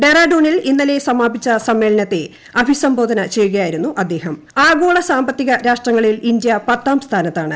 ഡെറാഡൂണിൽ ഇന്നലെ സമാപിച്ചു സർമ്മേളനത്തെ അഭിസംബോധന ചെയ്യുകയായിരുന്നു രാഷ്ട്രങ്ങളിൽ ഇന്ത്യ പൃത്താം സ്ഥാനത്താണ്